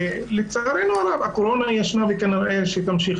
לצערנו הרב הקורונה ישנה וכנראה שתמשיך